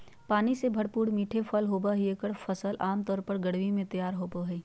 पानी से भरपूर मीठे होबो हइ एगोर फ़सल आमतौर पर गर्मी में तैयार होबो हइ